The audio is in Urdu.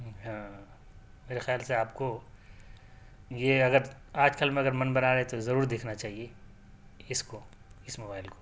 ہاں میرے خیال سے آپ کو یہ اگر آج کل میں من بنا رہے ہیں تو ضرور دیکھنا چاہیے اس کو اس موبائل کو